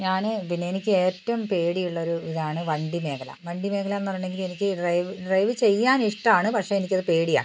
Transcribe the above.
ഞാന് പിന്നെ എനിക്ക് ഏറ്റവും പേടിയുള്ളൊരു ഇതാണ് വണ്ടി മേഖല വണ്ടി മേഖല എന്ന് പറഞ്ഞിട്ടുണ്ടെങ്കിൽ എനിക്ക് ഡ്രൈവ് ഡ്രൈവ് ചെയ്യാനിഷ്ടമാണ് പക്ഷേ എനിക്കത് പേടിയാണ്